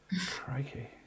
Crikey